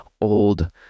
old